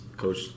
Coach